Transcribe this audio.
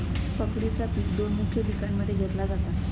पकडीचा पिक दोन मुख्य पिकांमध्ये घेतला जाता